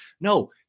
No